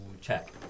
check